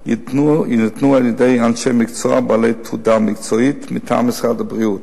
יינתנו על-ידי אנשי מקצוע בעלי תעודה מקצועית מטעם משרד הבריאות,